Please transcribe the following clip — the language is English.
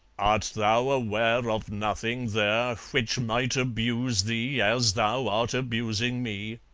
art thou aware of nothing there which might abuse thee, as thou art abusing me?